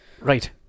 Right